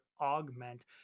augment